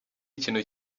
ikintu